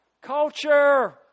Culture